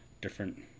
different